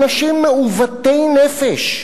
אנשים מעוותי נפש,